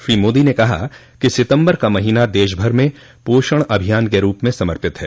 श्री मोदी ने कहा कि सितम्बर का महीना देशभर में पोषण अभियान के रूप में समर्पित है